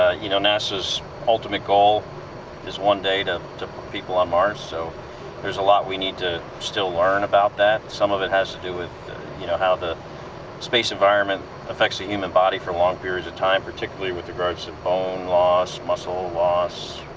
you know nasa's ultimate goal is one day to put people on mars so there's a lot we need to still learn about that. some of it has to do with you know how the space environment affects the human body for long periods of time, particularly with the growths of bone loss, muscle loss,